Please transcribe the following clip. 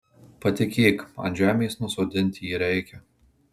patikėk ant žemės nusodinti jį reikia